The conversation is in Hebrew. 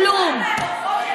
זה, הן לא הרימו, לא עשו כלום.